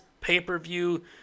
pay-per-view